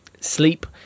sleep